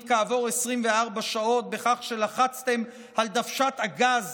כעבור 24 שעות בכך שלחצתם על דוושת הגז